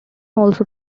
also